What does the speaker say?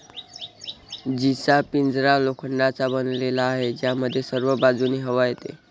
जीचा पिंजरा लोखंडाचा बनलेला आहे, ज्यामध्ये सर्व बाजूंनी हवा येते